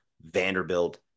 Vanderbilt